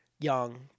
young